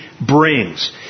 brings